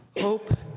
Hope